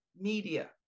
media